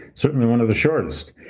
certainly one of the shortest,